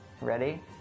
Ready